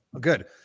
Good